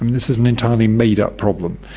um this is an entirely made up problem.